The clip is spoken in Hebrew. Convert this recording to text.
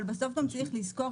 אבל בסוף גם צריך לזכור,